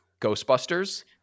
Ghostbusters